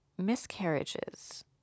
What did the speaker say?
miscarriages